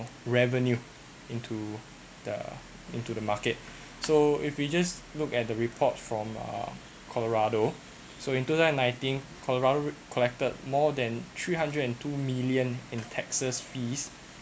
revenue into the into the market so if we just look at the report from uh colorado so in two thousand nineteen colorado collected more than three hundred and two million in taxes fees